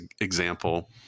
example